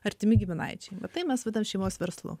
artimi giminaičiai va tai mes vadinam šeimos verslu